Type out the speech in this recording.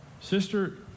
sister